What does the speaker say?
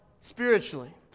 spiritually